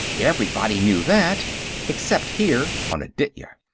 everybody knew that except here on aditya.